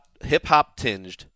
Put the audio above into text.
Hip-hop-tinged